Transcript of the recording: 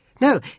No